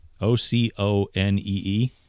O-C-O-N-E-E